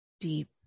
deep